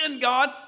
God